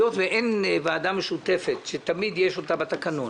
היות ואין ועדה משותפת שתמיד יש אותה בתקנון,